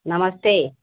नमस्ते